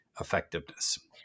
effectiveness